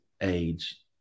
age